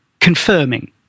confirming